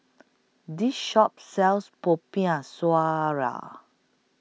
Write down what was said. This Shop sells Popiah Sayur